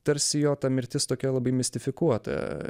tarsi jo ta mirtis tokia labai mistifikuota